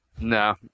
No